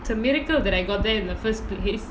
it's a miracle that I got there in the first place